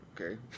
Okay